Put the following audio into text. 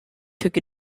took